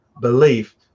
belief